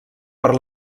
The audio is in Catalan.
per